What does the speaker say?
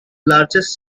largest